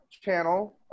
channel